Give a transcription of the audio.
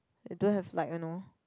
I don't have like a know